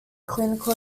clinical